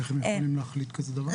איך הם יכולים להחליט כזה דבר?